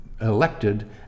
elected